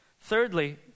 Thirdly